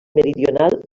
meridional